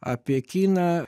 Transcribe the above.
apie kiną